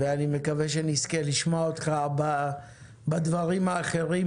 אני מקווה שנזכה לשמוע אותך בדברים האחרים